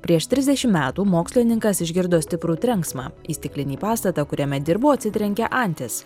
prieš trisdešimt metų mokslininkas išgirdo stiprų trenksmą į stiklinį pastatą kuriame dirbo atsitrenkė antis